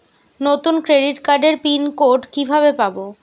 নতুন ক্রেডিট কার্ডের pin code কিভাবে পাব?